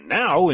now